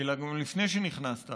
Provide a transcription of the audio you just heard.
אלא גם לפני שנכנסת